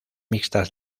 mixtas